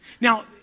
Now